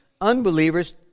unbelievers